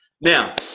Now